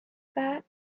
that